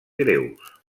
greus